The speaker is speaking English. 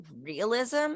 realism